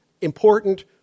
important